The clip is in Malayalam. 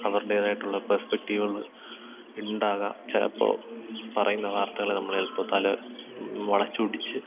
അവരുടേതായിട്ടുള്ള പെർസ്പെക്റ്റീവുകൾ ഉണ്ടാകാം ചിലപ്പോൾ പറയുന്ന വാർത്തകൾ നമ്മൾ ചിലപ്പോൾ തല വളച്ചൊടിച്ച്